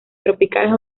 tropicales